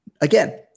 again